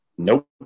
Nope